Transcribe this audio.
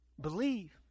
believe